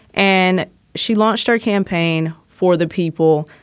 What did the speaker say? and she launched our campaign for the people.